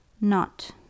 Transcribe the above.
Not